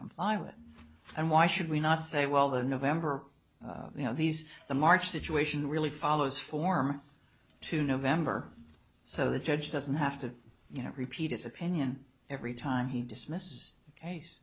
comply with and why should we not say well the november you know he's the march situation really follows form to november so the judge doesn't have to you know repeat his opinion every time he dismiss the case